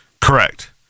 Correct